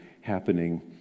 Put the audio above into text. happening